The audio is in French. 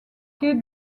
quai